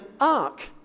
Ark